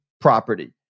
property